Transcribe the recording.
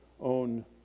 own